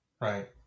Right